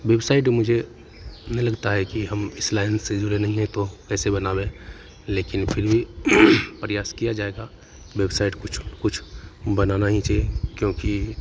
website मुझे नै लगता है हम इस लाइन से जुड़े नहीं हैं तो कैसे बना बे लेकिन फिर भी प्रयास किया जाएगा वेबसाइट कुछ कुछ बनाना ही चाहिए क्योंकि